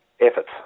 efforts